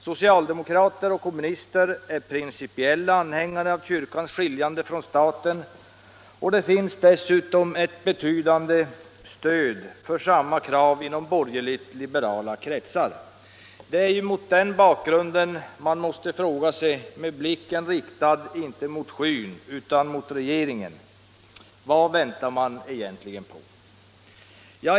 Socialdemokrater och kommunister är principiella anhängare av kyrkans skiljande från staten, och det finns dessutom ett betydande stöd för samma krav inom borgerligtliberala kretsar. Mot den bakgrunden måste man fråga sig, med blicken riktad — inte mot skyn utan mot regeringen: Vad väntar man egentligen på?